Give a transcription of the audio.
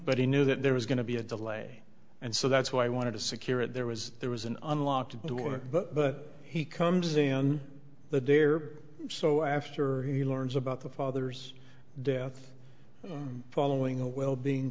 but he knew that there was going to be a delay and so that's why i wanted to secure it there was there was an unlocked door but but he comes in the day or so after he learns about the father's death following a well being